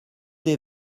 des